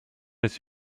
ist